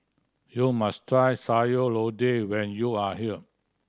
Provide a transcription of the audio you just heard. you must try Sayur Lodeh when you are here